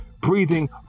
breathing